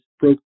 broke